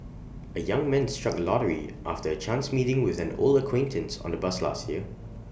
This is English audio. A young man struck lottery after A chance meeting with an old acquaintance on A bus last year